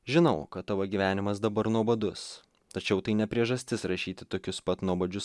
žinau kad tavo gyvenimas dabar nuobodus tačiau tai ne priežastis rašyti tokius pat nuobodžius